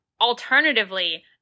alternatively